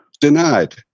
Denied